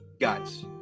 guys